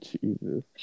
Jesus